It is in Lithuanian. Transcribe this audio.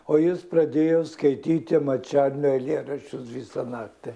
o jis pradėjo skaityti mačernio eilėraščius visą naktį